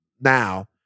now